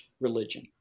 religion